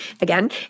again